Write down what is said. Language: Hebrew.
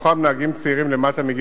גם כן קריאה ראשונה.